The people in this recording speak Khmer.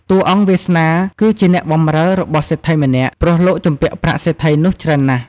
តួអង្គវាសនា គឺជាអ្នកបម្រើរបស់សេដ្ឋីម្នាក់ ព្រោះលោកជំពាក់ប្រាក់សេដ្ឋីនោះច្រើនណាស់។